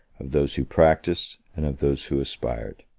of those who practised, and of those who aspired.